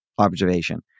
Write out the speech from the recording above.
observation